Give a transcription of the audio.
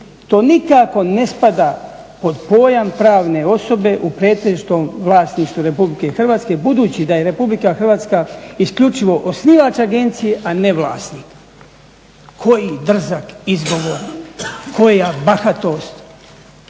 to nikako ne spada pod pojam pravne osobe u pretežitom vlasništvu RH budući da je RH isključivo osnivač agencije, a ne vlasnik". Koji drzak izgovor, koja bahatost,